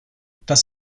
das